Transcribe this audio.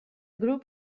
group